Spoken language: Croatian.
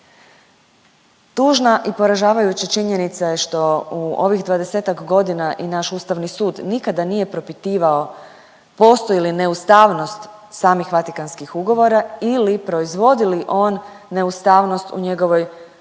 Tužna i poražavajuća činjenica je što u ovih 20-tak godina i naš Ustavni sud nikada nije propitivao postoji li neustavnost samih Vatikanskih ugovora ili proizvodi li on neustavnost u njegovoj